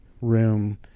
room